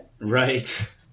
right